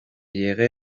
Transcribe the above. llegué